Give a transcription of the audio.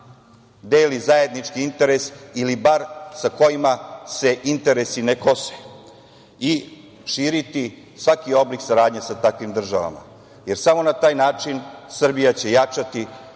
deli zajednički interes ili bar sa kojima se interesi ne kose i širiti svaki oblik saradnje sa takvim državama, jer samo na taj način Srbija će jačati,